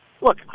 look